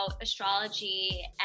astrology